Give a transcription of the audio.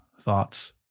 thoughts